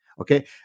Okay